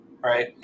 Right